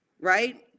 right